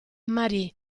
marie